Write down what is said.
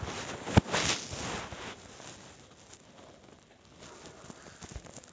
dollar हे जगातील सर्वात मजबूत चलन आहे